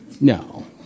No